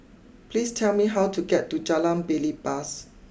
please tell me how to get to Jalan Belibas